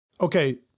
Okay